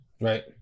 Right